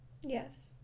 Yes